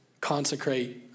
consecrate